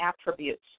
attributes